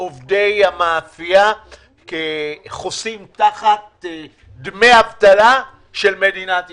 עובדי המאפייה חוסים תחת דמי אבטלה של מדינת ישראל.